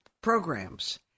programs